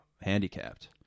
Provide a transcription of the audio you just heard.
handicapped